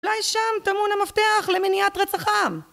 אולי שם טמון המפתח למניעת רצחם